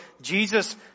Jesus